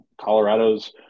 Colorado's